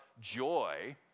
joy